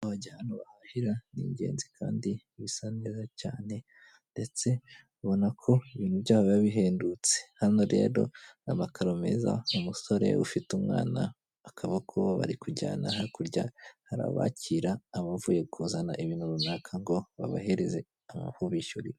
Kuba wajya ahantu bahahira ni ingenzi kandi bisa neza cyane, ndetse ubona ko ibintu byabo biba bihendutse, hano rero amakaro meza, umusore ufite umwana akaboko bari kujyana hakurya hari abakira, nabavuye kuzana ibintu runaka ngo babahereze aho bishyuriye.